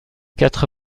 quatre